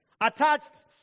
Attached